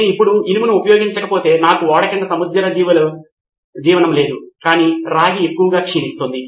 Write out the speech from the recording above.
నేను ఇప్పుడు ఇనుము ఉపయోగించకపోతే నాకు ఓడ కింద సముద్ర జీవనం లేదు కాని రాగి చాలా ఎక్కువగా క్షీణిస్తుంది